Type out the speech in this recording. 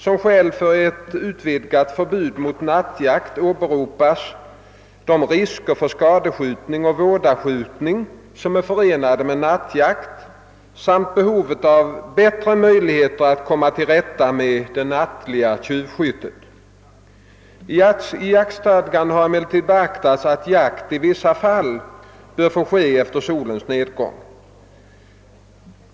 Som skäl för ett utvidgat förbud mot nattjakt åberopades de risker för skadskjutning och vådaskjutning som är förenade med nattjakt samt behovet av bättre möjligheter att komma till rätta med det nattliga tjuvskyttet. I jaktstadgan har emellertid beaktats att jakt i vissa fall bör få ske efter solens nedgång.